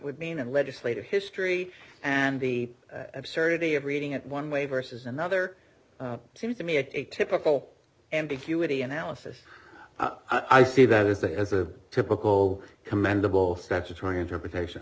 would mean and legislative history and the absurdity of reading it one way versus another seems to me of a typical ambiguity analysis i see that as a typical commendable statutory interpretation